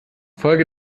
folge